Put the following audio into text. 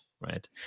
right